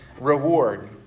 reward